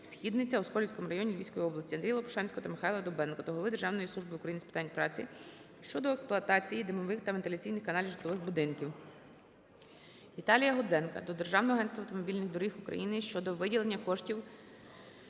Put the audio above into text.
у Сколівському районі Львівської області. АндріяЛопушанського та Михайла Довбенка до голови Державної служби України з питань праці щодо експлуатації димових та вентиляційних каналів житлових будинків. ВіталіяГудзенка до Державного агентства автомобільних доріг України щодо виділення коштів